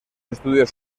estudios